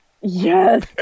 Yes